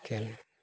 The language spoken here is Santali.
ᱠᱷᱮᱞ